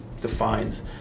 defines